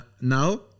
now